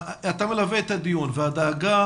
אתה מלווה את הדיון והדאגה